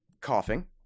coughing